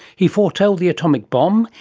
he foretold the atomic bomb,